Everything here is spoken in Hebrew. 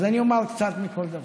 אז אני אומר קצת מכל דבר.